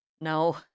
No